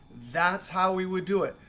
that's how we would do it.